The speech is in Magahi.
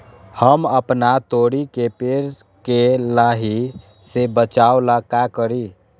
हम अपना तोरी के पेड़ के लाही से बचाव ला का करी?